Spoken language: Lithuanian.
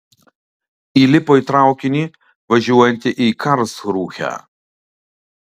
įlipo į traukinį važiuojantį į karlsrūhę